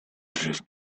drift